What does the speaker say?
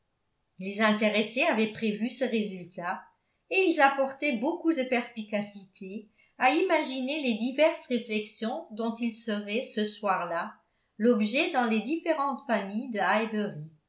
les intéressés avaient prévu ce résultat et ils apportaient beaucoup de perspicacité à imaginer les diverses réflexions dont ils seraient ce soir-là l'objet dans les différentes familles de